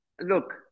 look